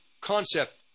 concept